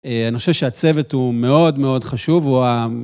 אה אני חושב שהצוות הוא מאוד מאוד חשוב הוא ה...